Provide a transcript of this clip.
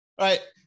right